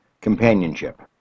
companionship